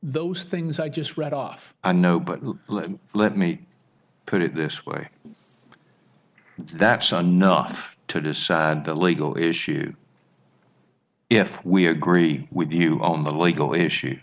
those things i just read off i know but let me let me put it this way that son not to decide the legal issue if we agree with you on the legal issue